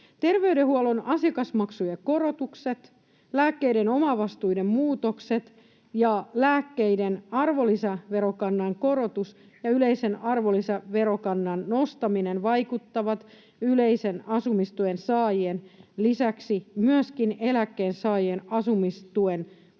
Terveydenhuollon asiakasmaksujen korotukset, lääkkeiden omavastuiden muutokset ja lääkkeiden arvonlisäverokannan korotus ja yleisen arvonlisäverokannan nostaminen vaikuttavat yleisen asumistuen saajien lisäksi eläkkeensaajien asumistuen